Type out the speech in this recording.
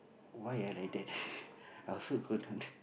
why ah like that I also don't under~